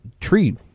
tree